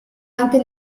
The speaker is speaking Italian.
anche